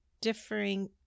differing